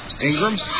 Ingram